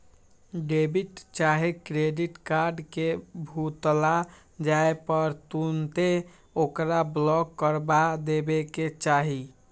debit चाहे credit card के भुतला जाय पर तुन्ते ओकरा ब्लॉक करबा देबेके चाहि